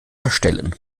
verstellen